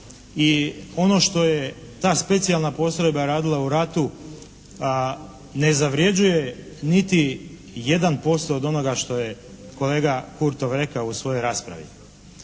I ono što je ta specijalna postrojba radila u ratu ne zavrjeđuje niti 1% od onoga što je kolega Kurtov rekao u svojoj raspravi.